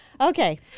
Okay